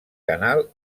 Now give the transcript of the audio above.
canal